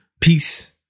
Peace